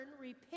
repent